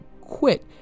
quit